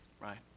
Right